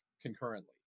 concurrently